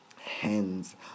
Hands